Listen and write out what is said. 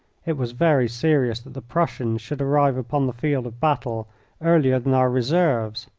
it was very serious that the prussians should arrive upon the field of battle earlier than our reserves,